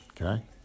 okay